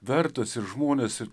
vertas ir žmonės ir